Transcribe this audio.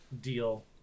deal